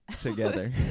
together